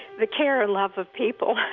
the care and love of people